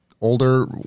older